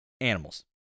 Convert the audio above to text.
Animals